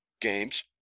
games